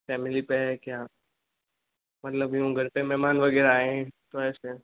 family pack या मतलब यूँ घर पे मेहमान वग़ैरह आऐं तो ऐसे